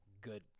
good